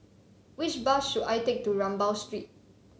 which bus should I take to Rambau Street